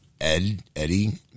Eddie